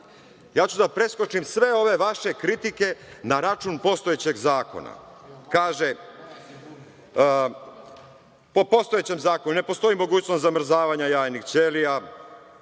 Ja ću da preskočim sve ove vaše kritike na račun postojećeg zakona. Kaže - po postojećem zakonu ne postoji mogućnost zamrzavanja jajnih ćelija,